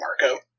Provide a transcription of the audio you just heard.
Marco